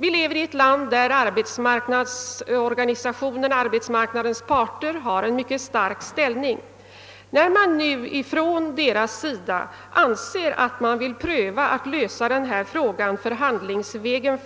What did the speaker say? Vi lever i ett land, där arbetsmarknadens parter har en mycket stark ställning. När nu dessa anser att de först vill försöka att lösa denna fråga förhandlingsvägen,